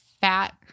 fat